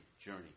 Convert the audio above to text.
journey